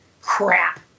crap